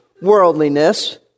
worldliness